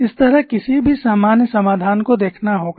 इस तरह किसी भी सामान्य समाधान को देखना होगा